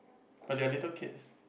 but they are little kids